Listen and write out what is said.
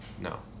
No